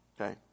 Okay